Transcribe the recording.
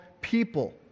people